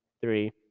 three